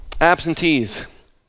absentees